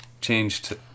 changed